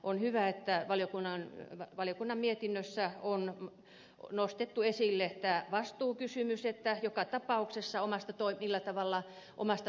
on hyvä että valiokunnan mietinnössä on nostettu esille tämä vastuukysymys että joka tapauksessa omasta toi millä tavalla kukin vastaa omasta toiminnastaan